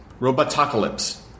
Robotocalypse